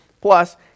Plus